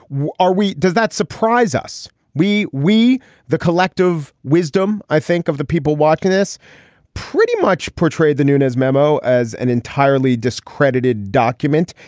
what are we. does that surprise us? we we the collective wisdom, i think, of the people watching this pretty much portrayed the nunez memo as an entirely discredited document.